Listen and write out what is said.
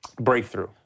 Breakthrough